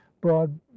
broad